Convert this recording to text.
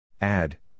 Add